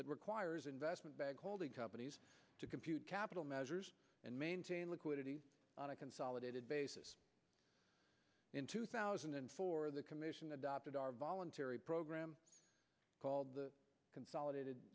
that requires investment bank holding companies to compute capital measures and maintain liquidity on a consolidated basis in two thousand and four the commission adopted our voluntary program called the consolidated